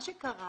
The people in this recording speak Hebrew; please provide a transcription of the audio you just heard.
מה שקרה